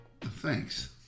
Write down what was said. Thanks